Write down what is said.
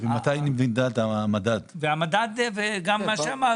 גם מה שאמר